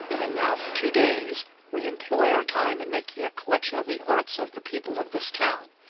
and now for two days we employ our time in making a collection of the arts of the people of this town.